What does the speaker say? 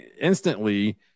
instantly